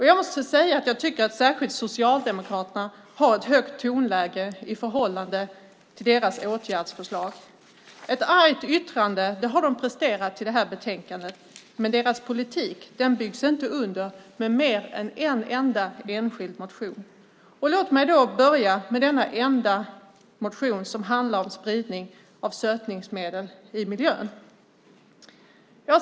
Jag måste säga att jag tycker att särskilt Socialdemokraterna har ett högt tonläge i förhållande till sina åtgärdsförslag. Ett argt yttrande har de presterat till det här betänkandet, men deras politik byggs inte under med mer än en enda enskild motion. Låt mig börja med denna enda motion, som handlar om spridning av sötningsmedel i miljön.